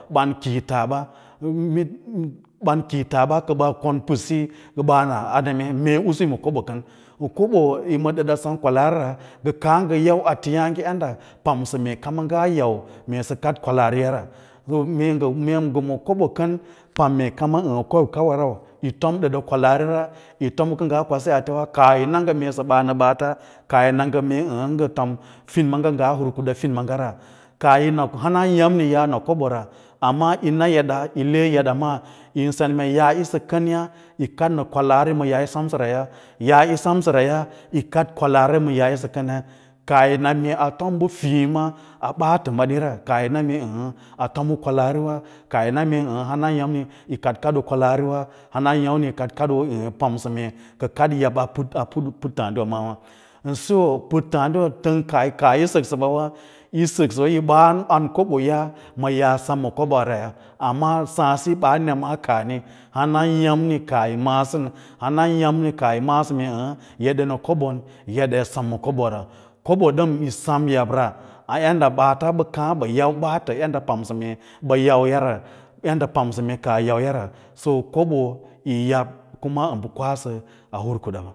Ɓam kiĩta ba, ɓam kiĩta ɓa kə ɓaa kon putsiyi kə ɓaa na a neme mee usus yi ma kən, hukuma wâ yâ ma ɗəɗa u sem kwalaarira wa ngə kaã ngə yau ateyaãge yaɗda pamsə mee kama ngaa yau mee sə kaɗ kwalaariya, mee ngə ma kobo kən pam mee kama ən kobo kawa yi fom ɗəɗa kwalaari ra, yi tom u kə ngaa kwasī atewa kaah yi na ngə ə̌ə̌ ə̌ə̌ ngə tom fín maaga ngaa hur kuɗa fin maagura kaah yi yau hana yâmni yaa na kobora amma yín na eda yi le eɗa maa yín na eda yi le eɗa maa yín sen mee yaa yisə kenya yi kaɗ ma kwalaari ma yisə semraya, yaa yi semsəra yi kaɗ kwalaarima yaa yisə kənya kaah yina atom bə fiíma a daaso baatəwa ra kaah yi na mee a tom bə kwalaariba kaah yi na mee ə̌ə̌ ə̌ə̌ kanayâmni yi kaɗ kaɗoo kwalaariwa hanaya’mni yi kadoo u pamsə mee ka kaɗ yab a puttǎǎdiwa maawâ ən siyo puttǎǎdiwa təng kaah kaah yi səksə ba wa yí səksəwa yi ɓaan an kobo ya ma yaa yi sem ma koɓaa ra ya, amma sǎǎɗ siyo ɓaa nemna kaahmi hana ən yaīmni kaah yi ma’ā hana ya’mni kaa yí maꞌǎsə mee ə̌ə̌ ə̌ə̌ eda ma kobo eda yi sem ma kobo ra kobo dəm yi sem yabra a yaɗda ɓaata ɓə kaã ɓə yau ɓaatəraya yaɗda pamsə ɓə yauyara yaɗda pamsə kaah yi yau yara so kobo yi yab kuma ndə bə kwasə a hur kuda ba.